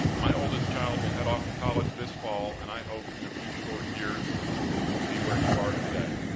my oldest child will head off to college this fall, and i hope in a few short years to be where you are today.